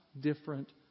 different